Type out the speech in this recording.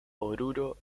oruro